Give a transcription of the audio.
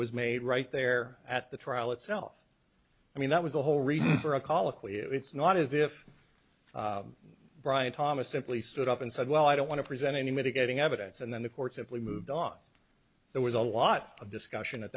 was made right there at the trial itself i mean that was the whole reason for a colloquy it's not as if brian thomas simply stood up and said well i don't want to present any mitigating evidence and then the court's if we moved off there was a lot of discussion at